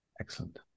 Excellent